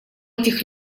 этих